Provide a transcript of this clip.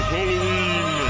Halloween